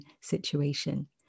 situation